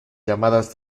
llamadas